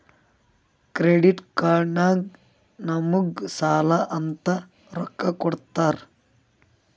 credit card ನಾಗ್ ನಮುಗ್ ಸಾಲ ಅಂತ್ ರೊಕ್ಕಾ ಕೊಡ್ತಾರ್